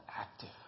active